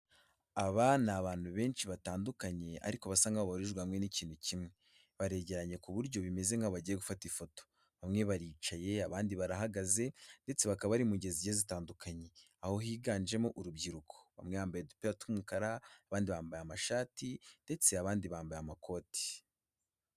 Aba ni abantu benshi batandukanye ariko basa n'aho bahurijwe hamwe n'ikintu kimwe baregeranye ku buryo bimeze nk'abagiye gufata ifoto bamwe baricaye abandi barahagaze ndetse bakaba ari mugezi zitandukanye aho higanjemo urubyiruko bamwe bambaye udupira tw'umukara, abandi bambaye amashati ndetse abandi bambaye amakoti.